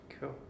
Cool